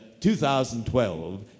2012